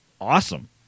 awesome